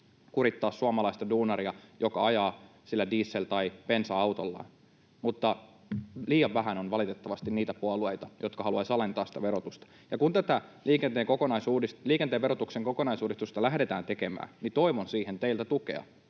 kurittaa suomalaista duunaria, joka ajaa diesel- tai bensa-autollaan, mutta liian vähän on valitettavasti niitä puolueita, jotka haluaisivat alentaa sitä verotusta. Kun tätä liikenteen verotuksen kokonaisuudistusta lähdetään tekemään, toivon siihen teiltä tukea.